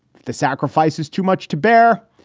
the sacrifices too much to bear.